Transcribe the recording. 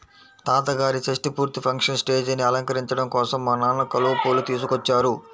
తాతగారి షష్టి పూర్తి ఫంక్షన్ స్టేజీని అలంకరించడం కోసం మా నాన్న కలువ పూలు తీసుకొచ్చారు